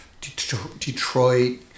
Detroit